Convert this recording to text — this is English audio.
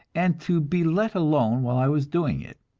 and to be let alone while i was doing it.